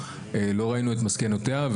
לא ראינו את מסקנותיה,